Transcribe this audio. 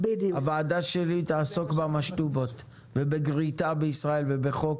הוועדה שלי תעסוק במשטובות ובגריטה בישראל ובחוק